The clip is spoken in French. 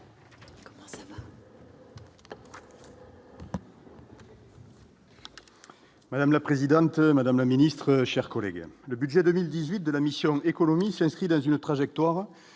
Madame la présidente, madame la ministre, chers collègues, le budget 2018 de la mission économie s'inscrit dans une trajectoire